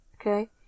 okay